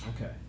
okay